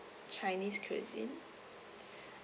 chinese cuisine